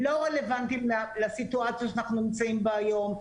הם לא רלוונטיים לסיטואציה שאנחנו נמצאים בה היום.